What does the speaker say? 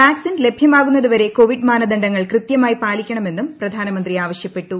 vaccine ലഭ്യമാകുന്നത് വരെ Covid മാനദണ്ഡങ്ങൾ കൃത്യമായി പാലിക്കണമെന്നും പ്രധാനമന്ത്രി ആവശ്യപ്പെട്ടു